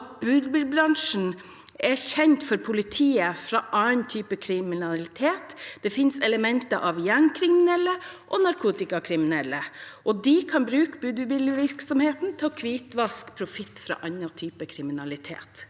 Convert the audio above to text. at budbilbransjen er kjent for politiet fra annen type kriminalitet. Det finnes elementer av gjengkriminelle og narkotikakriminelle, og de kan bruke budbilvirksomheten til å hvitvaske profitt fra annen type kriminalitet.